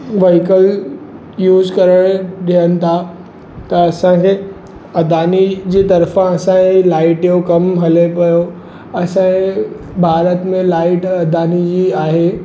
vehicle use करणु ॾियनि था त असांखे अदानी जी तर्फ़ा असांए लाइटियूं कमु हले पियो असांजे भारत में लाइट अदानी जी आहे